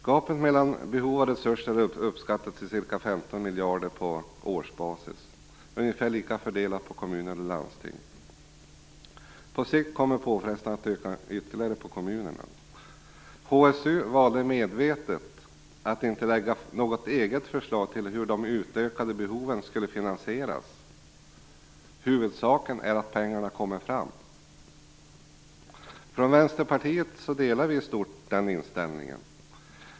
Gapet mellan behov och resurser är uppskattat till ca 15 miljarder på årsbasis, ungefär lika fördelat på kommuner och landsting. På sikt kommer påfrestningarna att öka ytterligare på kommunerna. HSU valde medvetet att inte lägga fram något eget förslag till hur de utökade behoven skulle finansieras. Huvudsaken är att pengarna kommer fram. Från Vänsterpartiet delar vi i stort den inställningen.